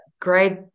great